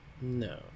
No